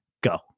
Go